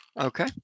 Okay